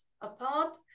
apart